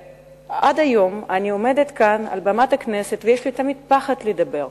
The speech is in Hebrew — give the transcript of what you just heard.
עד היום תמיד כשאני עומדת כאן על במת הכנסת יש לי פחד לדבר,